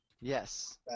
Yes